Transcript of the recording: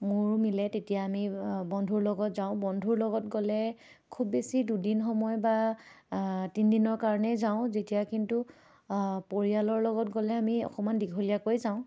মোৰো মিলে তেতিয়া আমি বন্ধুৰ লগত যাওঁ বন্ধুৰ লগত গ'লে খুব বেছি দুদিন সময় বা তিনি দিনৰ কাৰণেই যাওঁ যেতিয়া কিন্তু পৰিয়ালৰ লগত গ'লে আমি অকণমান দীঘলীয়াকৈ যাওঁ